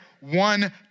one